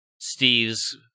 Steve's